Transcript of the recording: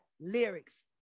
lyrics